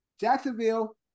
Jacksonville